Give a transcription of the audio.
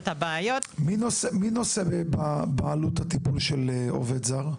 מי נושא בעלות הטיפול של עובד זר?